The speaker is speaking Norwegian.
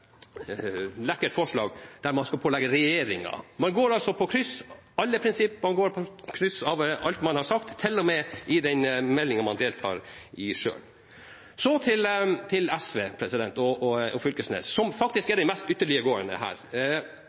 lekkert forslag, der man skal pålegge regjeringen. Man går altså på tvers av alle prinsipper, man går på tvers av alt man har sagt, til og med i den meldingen man selv er med på. Så til SV og Fylkesnes, som faktisk er de mest ytterliggående her,